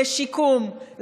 לשיקום,